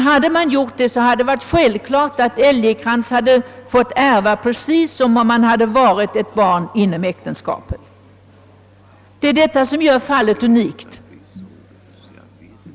Hade man gjort det, hade det emellertid varit självklart att Äälgekrans hade fått ärva sin far precis som om han hade varit barn inom äktenskapet. Det är detta som gör fallet unikt.